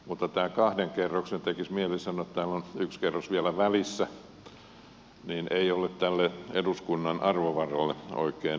mutta tämä kahden kerroksen kohtelu tekisi mieli sanoa että täällä on yksi kerros vielä välissä ei ole tälle eduskunnan arvovallalle oikein eduksi